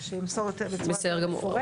שימסור את הפרטים בצורה יותר מפורטת.